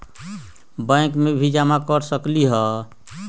Bank में भी जमा कर सकलीहल?